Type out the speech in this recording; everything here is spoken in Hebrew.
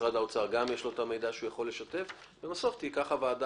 למשרד האוצר גם יש את המידע שהוא יכול לשתף ובסוף תיקח הוועדה